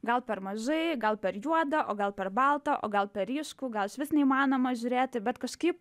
gal per mažai gal per juoda o gal per balta o gal per ryšku gal išvis neįmanoma žiūrėti bet kažkaip